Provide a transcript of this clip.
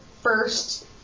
first